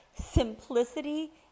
simplicity